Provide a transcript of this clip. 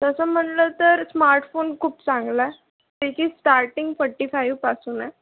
तसं म्हणलं तर स्मार्टफोन खूप चांगला आहे त्याची स्टार्टिंग फोट्टीफाइव्हपासून आहे